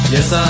Yes